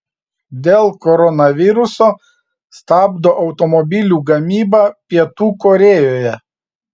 dėl koronaviruso stabdo automobilių gamybą pietų korėjoje